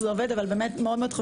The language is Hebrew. באמת חשוב מאוד.